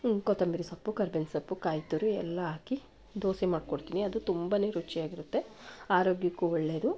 ಕೊತ್ತಂಬರಿ ಸೊಪ್ಪು ಕರ್ಬೇವಿನ ಸೊಪ್ಪು ಕಾಯಿ ತುರಿ ಎಲ್ಲ ಹಾಕಿ ದೋಸೆ ಮಾಡ್ಕೊಡ್ತೀನಿ ಅದು ತುಂಬನೇ ರುಚಿಯಾಗಿರುತ್ತೆ ಆರೋಗ್ಯಕ್ಕೂ ಒಳ್ಳೆಯದು